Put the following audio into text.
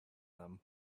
them